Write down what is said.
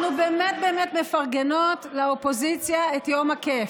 אנחנו באמת באמת מפרגנות לאופוזיציה את יום הכיף.